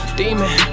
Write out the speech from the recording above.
demon